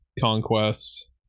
conquest